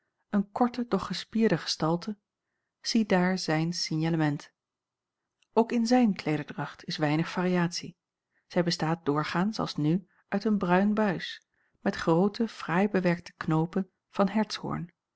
een korte doch gespierde gestalte ziedaar zijn signalement ook in zijn kleederdracht is weinig variatie zij bestaat doorgaans als nu uit een bruin buis met groote fraai bewerkte knoopen van